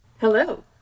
Hello